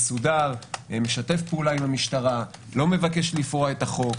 מסודר שמשתף פעולה עם המשטרה, לא מבקש לפרוע חוק.